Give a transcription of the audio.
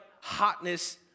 hotness